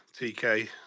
TK